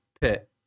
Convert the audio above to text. pit